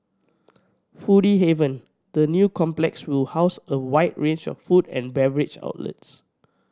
foodie haven the new complex will house a wide range of food and beverage outlets